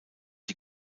die